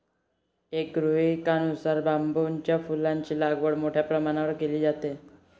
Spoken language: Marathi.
एका गृहीतकानुसार बांबूच्या फुलांची लागवड मोठ्या प्रमाणावर केली जाते